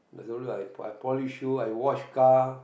I also I polish shoe I wash car